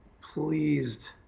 pleased